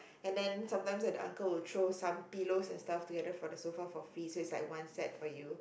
and then sometimes right uncle will throw some pillows and stuff to you for the sofa for free so it's like a one set for you